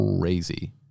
crazy